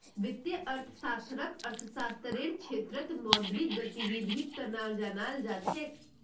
वित्तीय अर्थशास्त्ररक अर्थशास्त्ररेर क्षेत्रत मौद्रिक गतिविधीर तना जानाल जा छेक